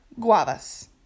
Guavas